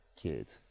kids